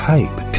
Hype